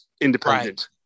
independent